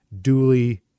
duly